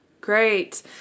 Great